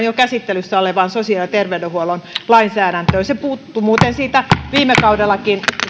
jo käsittelyssä olevaan sosiaali ja terveydenhuollon lainsäädäntöön se puuttui muuten myös siitä viime kaudella